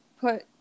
put